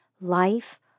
Life